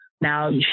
now